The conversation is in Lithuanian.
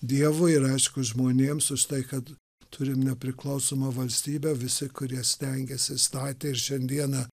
dievui ir aišku žmonėms už tai kad turim nepriklausomą valstybę visi kurie stengėsi statė ir šiandieną